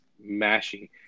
mashing